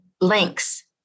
links